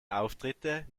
auftritte